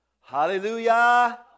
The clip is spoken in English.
Hallelujah